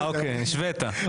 אוקי, השוות.